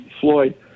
Floyd